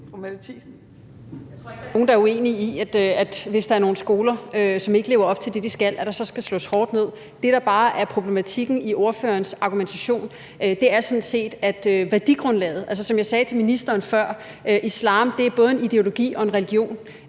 Jeg tror ikke, der er nogen, der er uenige i, at hvis der er nogle skoler, som ikke lever op til det, de skal, så skal der slås hårdt ned. Det, der bare er problematikken i ordførerens argumentation, er sådan set i forhold til værdigrundlaget. Altså, som jeg sagde til ministeren før: Islam er både en ideologi og en religion.